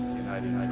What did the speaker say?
united